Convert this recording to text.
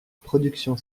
production